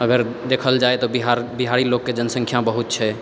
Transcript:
अगर देखल जाय तऽ बिहारी लोगके जनसँख्या बहुत छै